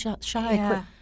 shy